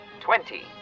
Twenty